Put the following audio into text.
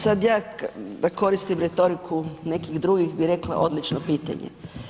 Sada ja koristim retoriku nekih drugih bi rekla odlično pitanje.